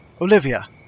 Olivia